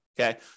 Okay